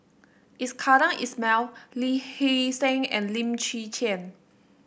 Iskandar Ismail Lee Hee Seng and Lim Chwee Chian